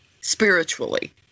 spiritually